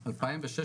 2016,